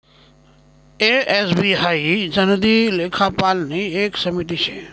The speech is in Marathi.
ए, एस, बी हाई सनदी लेखापालनी एक समिती शे